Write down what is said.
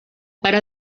pare